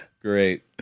Great